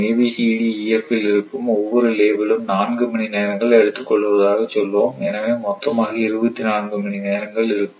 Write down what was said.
ABCDEF இல் இருக்கும் ஒவ்வொரு லேபிலும் நான்கு மணி நேரங்கள் எடுத்துக் கொள்வதாக சொல்வோம் எனவே மொத்தமாக இருபத்தி நான்கு மணி நேரங்கள் இருக்கும்